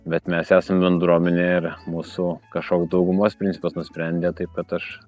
bet mes esam bendruomenė ir mūsų kažkoks daugumos principas nusprendė taip kad aš